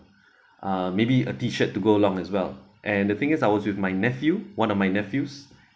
uh maybe a t shirt to go along as well and the thing is I was with my nephew one of my nephews